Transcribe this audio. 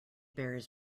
bears